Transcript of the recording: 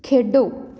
ਖੇਡੋ